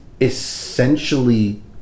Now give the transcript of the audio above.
essentially